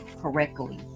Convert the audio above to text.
correctly